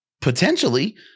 Potentially